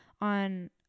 on